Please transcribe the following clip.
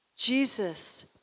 Jesus